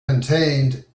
contained